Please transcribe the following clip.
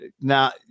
Now